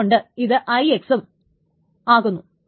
അതുകൊണ്ട് ഇത് IX ഉം ആകുന്നു